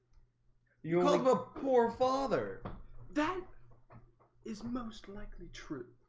you and have a poor father that is most likely true